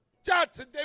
Johnson